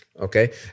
Okay